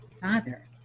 father